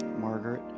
Margaret